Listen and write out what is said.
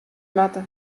moatte